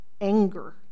Anger